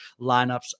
lineups